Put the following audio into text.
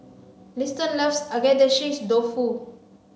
Liston loves Agedashi dofu